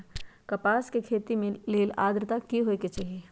कपास के खेती के लेल अद्रता की होए के चहिऐई?